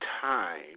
time